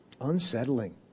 Unsettling